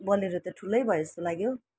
Bolero त ठुलो भए जस्तो लाग्यो अच्छा